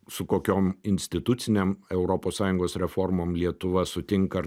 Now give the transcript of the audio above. su kokiom institucinėm europos sąjungos reformom lietuva sutinka ar